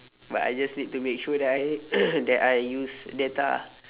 but I just need to make sure that I that I use data ah